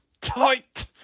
tight